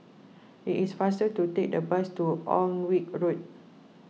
it is faster to take the bus to Alnwick Road